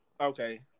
Okay